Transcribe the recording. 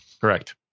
Correct